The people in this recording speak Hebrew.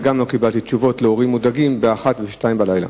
וגם לא קיבלתי תשובות להורים מודאגים ב-01:00 וב-02:00.